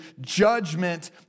judgment